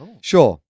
Sure